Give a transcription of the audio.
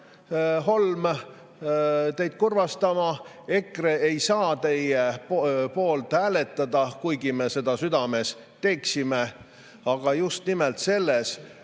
Holm, teid kurvastama: EKRE ei saa teie poolt hääletada, kuigi me seda südames teeksime. Just nimelt selle